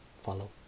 follow